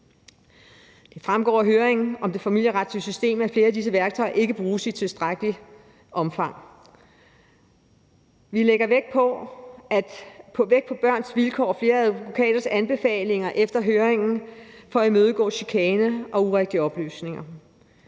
Det fremgår af høringen om det familieretlige system, at flere af disse værktøjer ikke bruges i tilstrækkeligt omfang. Vi lægger vægt på Børns Vilkårs og flere advokaters anbefalinger ved høringen i forhold til at imødegå chikane og urigtige oplysninger.